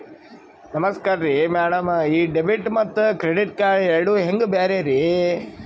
ನಮಸ್ಕಾರ್ರಿ ಮ್ಯಾಡಂ ಈ ಡೆಬಿಟ ಮತ್ತ ಕ್ರೆಡಿಟ್ ಕಾರ್ಡ್ ಎರಡೂ ಹೆಂಗ ಬ್ಯಾರೆ ರಿ?